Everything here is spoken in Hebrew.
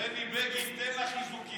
בני בגין, תן לה חיזוקים.